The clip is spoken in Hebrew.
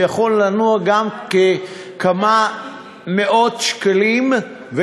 זה יכול לנוע מכמה מאות שקלים,